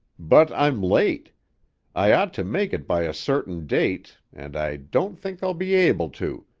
but i'm late i ought to make it by a certain date, and i don't think i'll be able to,